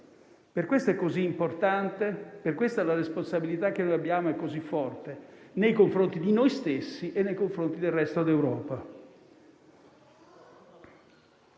Per questo è così importante e la responsabilità che abbiamo è così forte nei confronti di noi stessi e del resto d'Europa.